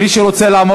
בבקשה.